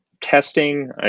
testing